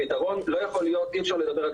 הפתרון לא יכול להיות אי אפשר לדבר רק